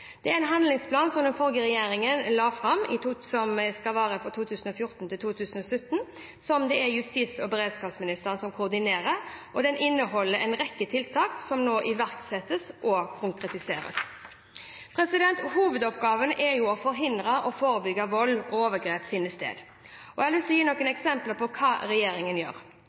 er en handlingsplan som den forrige regjeringen la fram, som skal gjelde fra 2014 til 2017, og som justis- og beredskapsministeren koordinerer. Den inneholder en rekke tiltak som nå iverksettes og konkretiseres. Hovedoppgaven er å forhindre og forebygge at vold og overgrep finner sted. Jeg vil gi noen eksempler på hva regjeringen gjør: